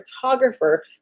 photographer